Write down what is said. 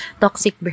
toxic